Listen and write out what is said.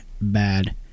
bad